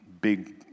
big